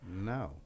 no